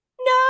No